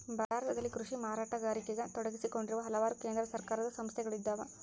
ಭಾರತದಲ್ಲಿ ಕೃಷಿ ಮಾರಾಟಗಾರಿಕೆಗ ತೊಡಗಿಸಿಕೊಂಡಿರುವ ಹಲವಾರು ಕೇಂದ್ರ ಸರ್ಕಾರದ ಸಂಸ್ಥೆಗಳಿದ್ದಾವ